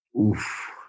Oof